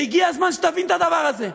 והגיע הזמן שתבין את הדבר הזה.